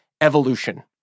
evolution